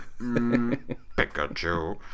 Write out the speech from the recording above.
Pikachu